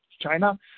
China